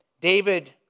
David